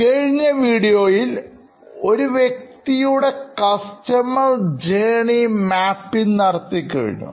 കഴിഞ്ഞ വീഡിയോയിൽ ഒരു വ്യക്തിയുടെ കസ്റ്റമർജേർണി മാപ്പിംഗ് നടത്തിക്കഴിഞ്ഞു